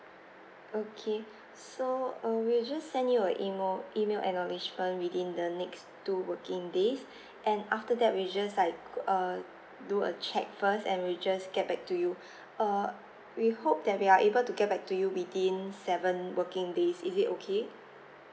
okay so uh we'll just you send your emo~ email acknowledgement within the next two working days and after that we'll just like uh do a check first and we'll just get back to you uh we hope that we are able to get back to you within seven working days is it okay